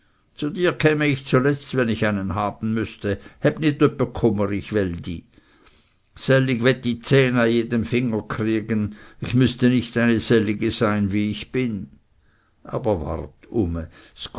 zu dir käme ich zuletzt wenn ich einen haben müßte häb nit öppe kummer ich well dih sellig wett ih zehn an jeden finger kriegen ich müßt nicht eine sellige sein wie ich bin aber wart